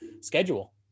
schedule